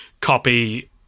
copy –